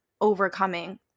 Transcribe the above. overcoming